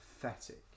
pathetic